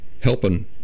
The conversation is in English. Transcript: helping